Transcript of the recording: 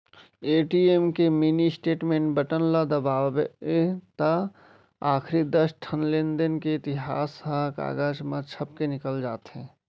ATM के mini statement button ल दबावें त आखरी दस ठन लेनदेन के इतिहास ह कागज म छपके निकल जाथे